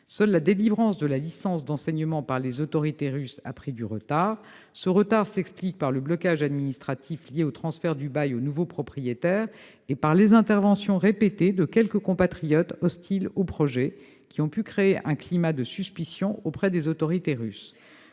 Seule la délivrance de la licence d'enseignement par les autorités russes a pris du retard. Ce retard s'explique par le blocage administratif lié au transfert du bail au nouveau propriétaire et par les interventions répétées de quelques compatriotes hostiles au projet qui ont pu créer un climat de suspicion auprès des autorités russes.